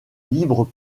libre